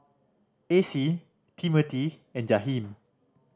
Acie Timothy and Jaheem